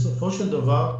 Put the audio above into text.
בסופו של דבר,